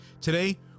Today